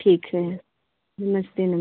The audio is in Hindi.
ठीक है नमस्ते नम